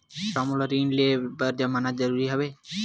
का मोला ऋण ले बर जमानत जरूरी हवय?